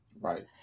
right